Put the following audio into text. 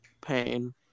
pain